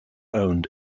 owned